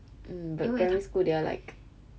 mm but primary school they are like